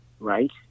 right